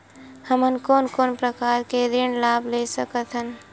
हमन कोन कोन प्रकार के ऋण लाभ ले सकत हन?